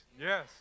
Yes